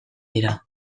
dira